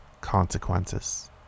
consequences